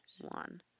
one